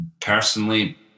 Personally